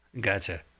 gotcha